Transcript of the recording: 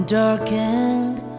darkened